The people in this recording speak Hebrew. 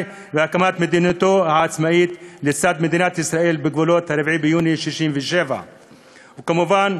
והקמת מדינתו העצמאית לצד מדינת ישראל בגבולות 4 ביוני 67'. וכמובן,